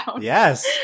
Yes